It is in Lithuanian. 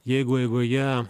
jeigu eigoje